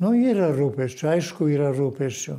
nu yra rūpesčio aišku yra rūpesčio